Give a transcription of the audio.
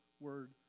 word